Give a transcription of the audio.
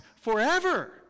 forever